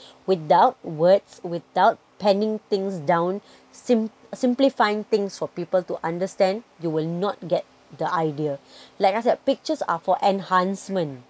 without words without penning things down sim~ simplifying things for people to understand you will not get the idea like I said pictures are for enhancement